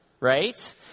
right